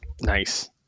Nice